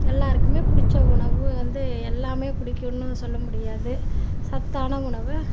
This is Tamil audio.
எல்லோருக்குமே பிடிச்ச உணவு வந்து எல்லாமே பிடிக்கும்ணு சொல்லமுடியாது சத்தான உணவு